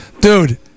Dude